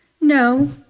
No